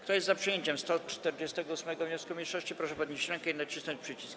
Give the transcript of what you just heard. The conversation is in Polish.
Kto jest za przyjęciem 148. wniosku mniejszości, proszę podnieść rękę i nacisnąć przycisk.